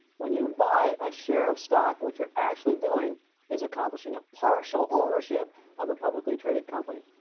when you buy a share of stock, what you're actually doing is accomplishing a partial ownership of a publicly traded company.